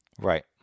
Right